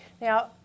Now